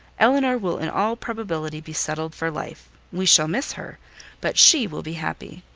elinor will, in all probability be settled for life. we shall miss her but she will be happy.